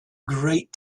great